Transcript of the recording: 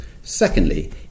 Secondly